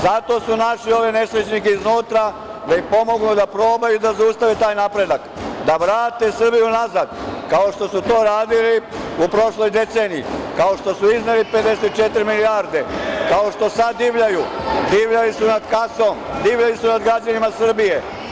Zato su našli ove nesrećnike iznutra da im pomognu da probaju da zaustave taj napredak, da vrate Srbiju nazad, kao što su to radili u prošloj deceniji, kao što su izneli 54 milijarde, kao što sada divljaju, divljali su nad kasom, divljali su nad građanima Srbije.